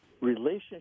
Relationship